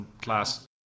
class